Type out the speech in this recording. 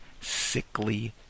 sickly